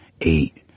eight